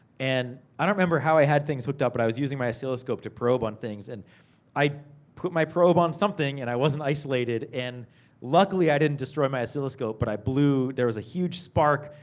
and i don't remember how i had things hooked up, but i was using my oscilloscope to probe on things. and i put my probe on something, and i wasn't isolated, and luckily i didn't destroy my oscilloscope, but i blew. there was a huge spark,